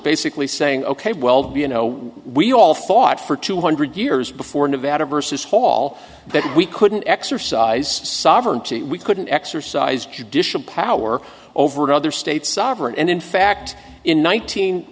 basically saying ok well be you know what we all fought for two hundred years before nevada versus hall that we couldn't exercise sovereignty we couldn't exercise judicial power over other states sovereign and in fact in